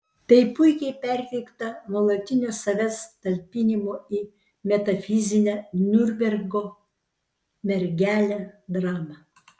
tai puikiai perteikta nuolatinio savęs talpinimo į metafizinę niurnbergo mergelę drama